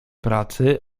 pracy